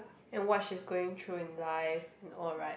and what she's going through in life in all right